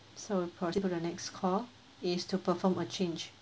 so to the next call is to perform a change